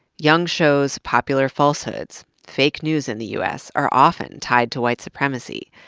young shows popular falsehoods, fake news in the u s. are often tied to white supremacy.